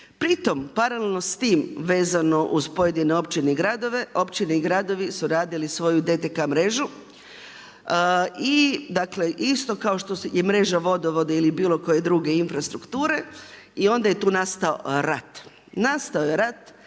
Pri tom, paralelno s tim, vezano uz pojedine općine i gradove, općine i gradovi su radili svoju DTK mrežu. I isto kao što je mreža vodovoda ili bilo koje druge infrastrukture i onda je tu nastao rat. Nastao je rat,